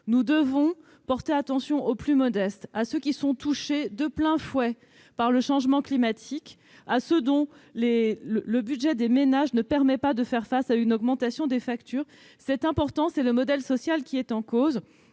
Nous devons porter attention aux plus modestes, à ceux qui sont touchés de plein fouet par le changement climatique, aux ménages dont le budget ne permet pas de faire face à l'augmentation des factures. C'est important, car notre modèle social est en cause.